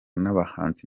n’abahanzi